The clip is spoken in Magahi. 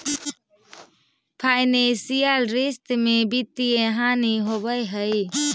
फाइनेंसियल रिश्त में वित्तीय हानि होवऽ हई